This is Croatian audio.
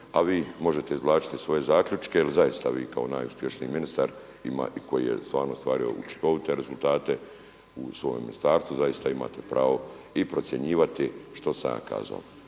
a vi možete izvlačiti svoje zaključke jer zaista vi kao najuspješniji ministar i koji je stvarno ostvario učinkovite rezultate u svojem ministarstvu zaista imate pravo i procjenjivati što sam ja kazao.